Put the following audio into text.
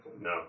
No